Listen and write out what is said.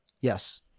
Yes